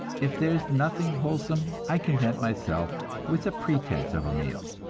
if there is nothing wholesome, i content myself with the pretense of a meal.